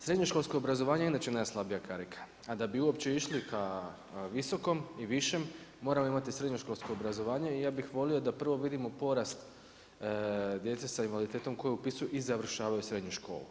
Srednjoškolsko obrazovanje je inače najslabija karika a da bi uopće išli ka visokom i višem moramo imati srednjoškolsko obrazovanje i ja bih volio da prvo vidimo porast djece sa invaliditetom koja upisuju i završavaju srednju školu.